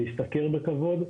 להשתכר בכבוד,